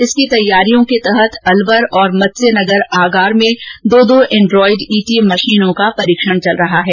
इसकी तैयारियों के तहत अलवर और मत्स्य नगर आगार में दो दो एंड्रॉइड ईटीएम मशीनों का परीक्षण चल रहा है